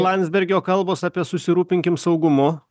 landsbergio kalbos apie susirūpinkim saugumu